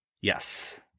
Yes